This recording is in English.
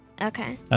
Okay